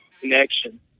connection